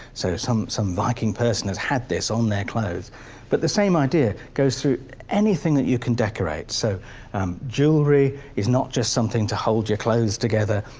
so some some viking person has had this on their clothes but the same idea goes through anything that you can decorate. so um jewellery is not just something to hold your clothes together,